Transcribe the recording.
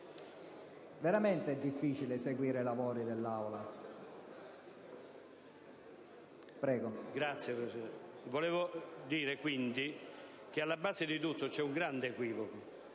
Veramente difficile seguire i lavori dell'Aula